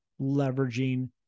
leveraging